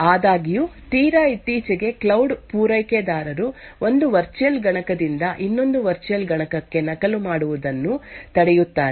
ಆದಾಗ್ಯೂ ತೀರಾ ಇತ್ತೀಚೆಗೆ ಕ್ಲೌಡ್ ಪೂರೈಕೆದಾರರು ಒಂದು ವರ್ಚುಯಲ್ ಗಣಕದಿಂದ ಇನ್ನೊಂದು ವರ್ಚುಯಲ್ ಗಣಕಕ್ಕೆ ನಕಲು ಮಾಡುವುದನ್ನು ತಡೆಯುತ್ತಾರೆ